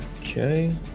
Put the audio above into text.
Okay